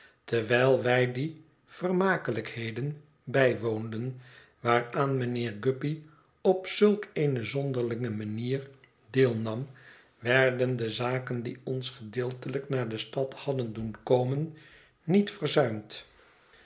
terwijl wij die vermakelijkheden bijwoonden waaraan mijnheer guppy op zulk eene zonderlinge manier deel nam werden de zaken die ons gedeeltelijk naar de stad hadden doen komen niet verzuimd